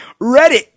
reddit